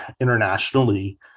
internationally